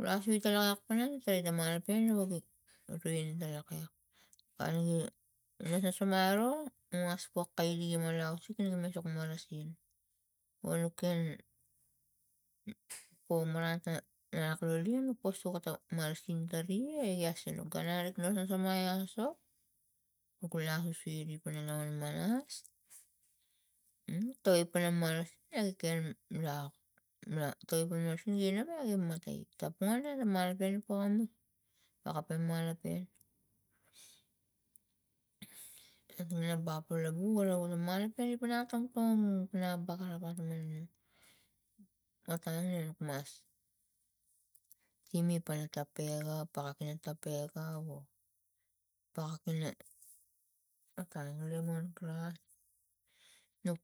lakasu ta laklak pana tari ta malopen nugi ruini ta laklak panu gi nasnasam aro nus maspok kaile gima lo ausik nu gi sok marasin o nuk ken pomra ta ngak lo leu nu po suk marasin tari e ia sinuk gun arik nasnasam ai aso nuk lasusu ari pana laman manas nuk kai pana marasin ak ekeng lak la toi pana marasin gin ewe gi matai tapung ana malopen pokamus akapen malope ating lo bapo lovu gula malope epanang tom kong ga bagarap atuman otang nuk mas gime pana tapega, pakap ina tapega o pakap ina otang liman kiot nuk.